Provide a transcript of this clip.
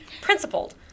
Principled